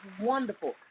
wonderful